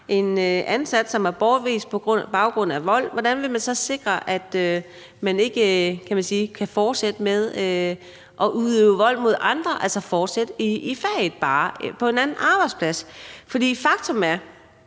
en ansat, som er bortvist på grund af vold, hvordan vil man så sikre, at vedkommende ikke kan fortsætte med at udøve vold mod andre, altså fortsætte i faget, bare på en anden arbejdsplads? Faktum er,